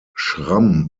schramm